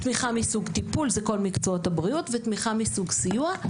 תמיכה מסוג טיפול זה כל מקצועות הבריאות; ותמיכה מסוג סיוע.